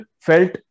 felt